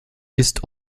ist